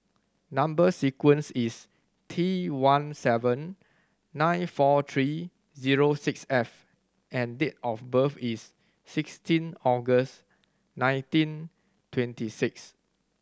number sequence is T one seven nine four three zero six F and date of birth is sixteen August nineteen twenty six